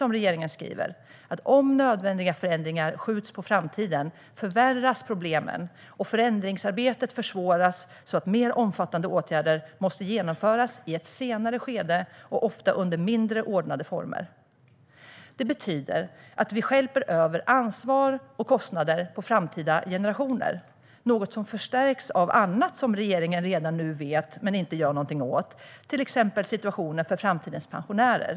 Som regeringen skriver: "Om nödvändiga förändringar skjuts på framtiden riskerar problemen att förvärras, och förändringsarbetet försvåras, så att mer omfattande åtgärder måste genomföras i ett senare skede och ofta under mindre ordnade former." Det betyder att vi stjälper över ansvar och kostnader på framtida generationer - något som förstärks av annat som regeringen redan nu vet men inte gör någonting åt, till exempel situationen för framtidens pensionärer.